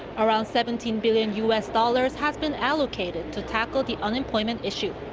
around seventeen billion u s. dollars has been allocated to tackle the unemployment issue.